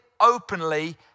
openly